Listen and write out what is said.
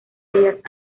bellas